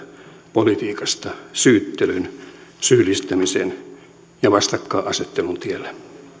politiikasta syyttelyn syyllistämisen ja vastakkainasettelun tielle